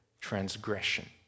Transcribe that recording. transgression